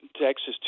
Texas